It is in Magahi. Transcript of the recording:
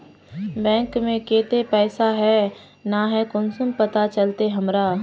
बैंक में केते पैसा है ना है कुंसम पता चलते हमरा?